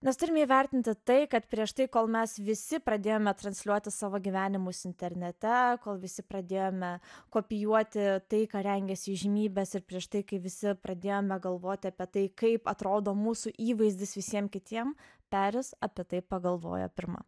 mes turime įvertinti tai kad prieš tai kol mes visi pradėjome transliuoti savo gyvenimus internete kol visi pradėjome kopijuoti tai ką rengiasi įžymybės ir prieš tai kai visi pradėjome galvoti apie tai kaip atrodo mūsų įvaizdis visiem kitiem peris apie tai pagalvojo pirma